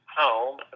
home